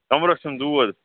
کمرٕس چھم دود